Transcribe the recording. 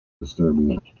disturbing